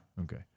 Okay